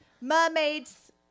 Mermaids